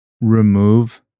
remove